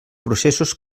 processos